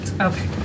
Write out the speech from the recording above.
Okay